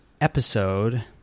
episode